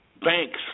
banks